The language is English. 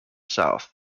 south